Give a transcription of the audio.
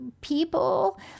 people